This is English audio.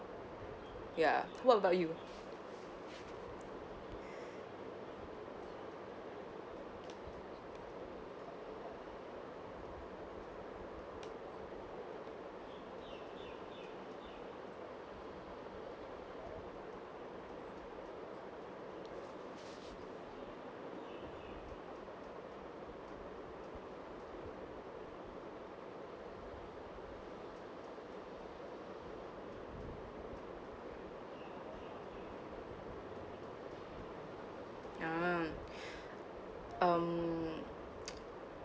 ya what about you um um